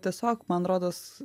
tiesiog man rodos